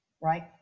right